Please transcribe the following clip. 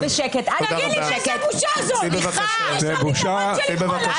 באיזה נוהל כשחברי כנסת מבקשים חוות דעת